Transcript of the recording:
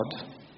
God